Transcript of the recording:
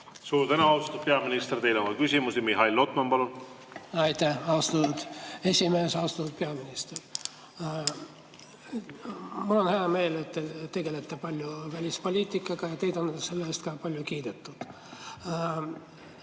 Suur tänu, austatud peaminister! Teile on ka küsimusi. Mihhail Lotman, palun! Aitäh, austatud esimees! Austatud peaminister! Mul on hea meel, et te tegelete palju välispoliitikaga ja teid on selle eest ka palju kiidetud.